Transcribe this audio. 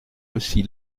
aussi